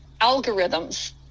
algorithms